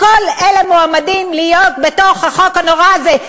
כל אלה מועמדים להיות בתוך החוק הנורא הזה.